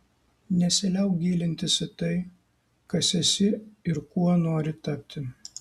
nesiliauk gilintis į tai kas esi ir kuo nori tapti